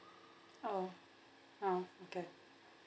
oh oh okay